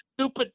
stupid